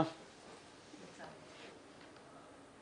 שאני חושב שפעם אחת ולתמיד אולי דרך הוועדה של